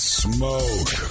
smoke